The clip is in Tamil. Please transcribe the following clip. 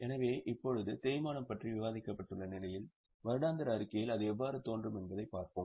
எனவே இப்போது தேய்மானம் பற்றி விவாதிக்கப்பட்டுள்ள நிலையில் வருடாந்திர அறிக்கையில் அது எவ்வாறு தோன்றும் என்பதைப் பார்ப்போம்